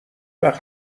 وقت